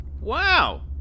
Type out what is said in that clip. Wow